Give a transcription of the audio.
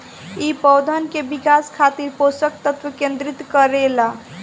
इ पौधन के विकास खातिर पोषक तत्व केंद्रित करे ला